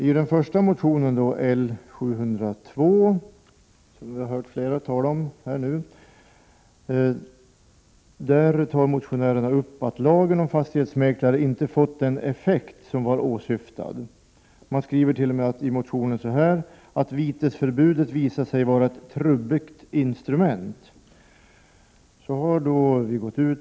I motion L702, som vi har hört flera talare nämna, tar motionärerna upp att lagen om fastighetsmäklare inte har fått den effekt som var åsyftad. Man skriver t.o.m. i motionen att vitesförbudet har visat sig vara ett trubbigt instrument. Motionen har gått ut på remiss.